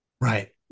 Right